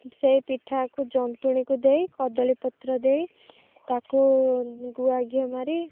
ସେଇ ପିଠାକୁ ଜନ୍ତୁଣିକୁ ଦେଇ କଦଳୀ ପତ୍ର ଦେଇ ତାକୁ ଗୁଆ ଘିଅ ମାରି